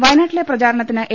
വയനാട്ടിലെ പ്രചാരണത്തിന് എ